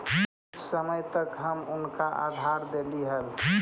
कुछ समय तक हम उनका उधार देली हल